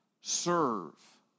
serve